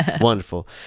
Wonderful